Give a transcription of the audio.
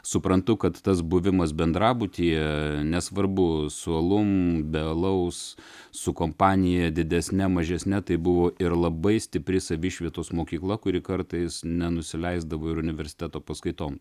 suprantu kad tas buvimas bendrabutyje nesvarbu su alum be alaus su kompanija didesne mažesne tai buvo ir labai stipri savišvietos mokykla kuri kartais nenusileisdavo ir universiteto paskaitom